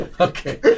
Okay